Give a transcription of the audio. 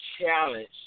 challenge